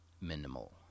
Minimal